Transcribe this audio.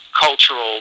cultural